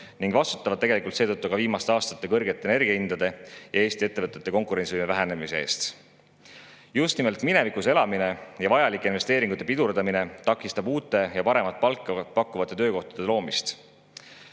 Nii vastutavad nad tegelikult ka viimaste aastate kõrgete energiahindade ja Eesti ettevõtete konkurentsivõime vähenemise eest. Just nimelt minevikus elamine ja vajalike investeeringute pidurdamine takistab uute ja paremat palka pakkuvate töökohtade loomist. Kas